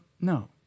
No